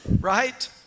right